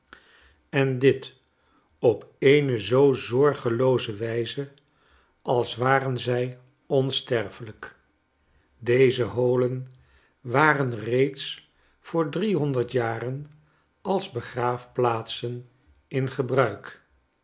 en dit op eene zoo zorgelooze wijze als waren zij onsterfelyk deze holen waren reeds voor driehonderd jaren als begraafplaatsen in gebruik